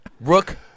Rook